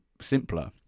simpler